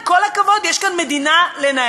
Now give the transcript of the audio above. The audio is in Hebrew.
עם כל הכבוד, יש כאן מדינה לנהל.